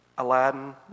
Aladdin